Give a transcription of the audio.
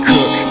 Cook